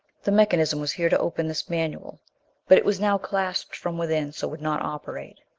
the mechanism was here to open this manual but it was now clasped from within so would not operate.